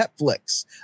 Netflix